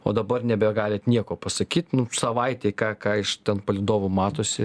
o dabar nebegalit nieko pasakyt nu savaitei ką ką iš ten palydovų matosi